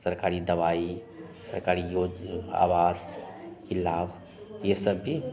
सरकारी दवाई सरकारी योज आवास के लाभ ये सब भी